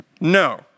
No